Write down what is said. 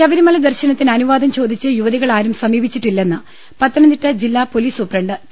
ശബരിമല ദർശനത്തിന് അനുവാദം ചോദിച്ച് യുവ തികളാരും സമീപിച്ചിട്ടില്ലെന്ന് പത്തനംതിട്ട ജില്ലാ പൊലീസ് സൂപ്രണ്ട് ടി